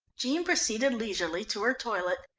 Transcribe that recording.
jean proceeded leisurely to her toilet.